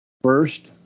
first